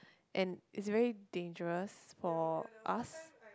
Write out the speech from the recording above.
and it's very dangerous for us